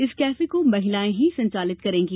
इस कैफे को महिलाएं ही संचालित करेंगी